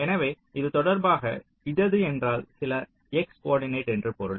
எனவே இது தொடர்பாக இடது என்றால் சில x கோர்டினேட் என்று பொருள்